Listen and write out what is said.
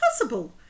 possible